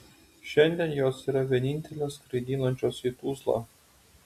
šiandien jos yra vienintelės skraidinančios į tuzlą